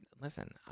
Listen